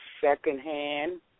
secondhand